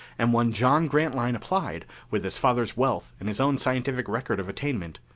and when john grantline applied, with his father's wealth and his own scientific record of attainment,